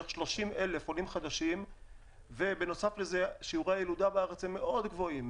בערך 30,000 עולים חדשים ובנוסף לכך שיעורי הילודה בארץ הם מאוד גבוהים.